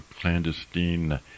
clandestine